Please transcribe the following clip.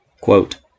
Quote